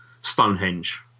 Stonehenge